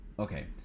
Okay